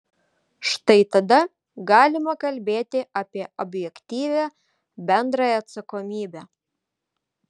štai tada galima kalbėti apie objektyvią bendrąją atsakomybę